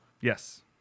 Yes